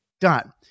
done